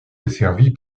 desservie